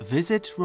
Visit